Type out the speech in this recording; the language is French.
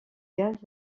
gaz